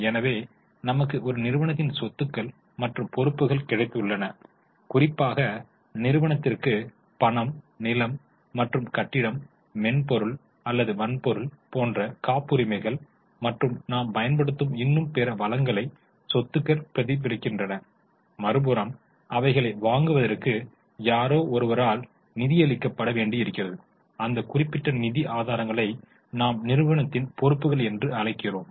எனவே நமக்கு ஒரு நிறுவனத்தின் சொத்துக்கள் மற்றும் பொறுப்புகள் கிடைத்துள்ளன குறிப்பாக நிறுவனத்திற்கு பணம் நிலம் மற்றும் கட்டிடம் மென்பொருள் அல்லது வன்பொருள் போன்ற காப்புரிமைகள் மற்றும் நாம் பயன்படுத்தும் இன்னும் பிற வளங்களை சொத்துக்கள் பிரதிபலிக்கின்றன மறுபுறம் அவைகளை வாங்குவதற்கு யாரோ ஒருவரால் நிதியளிக்க பட வேண்டி இருக்கிறது அந்த குறிப்பிட்ட நிதி ஆதாரங்களை நாம் நிறுவனத்தின் பொறுப்புகள் என்று அழைக்கிறோம்